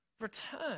return